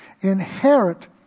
inherit